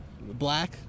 Black